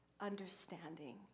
understanding